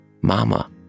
Mama